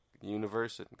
universe